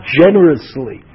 generously